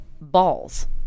balls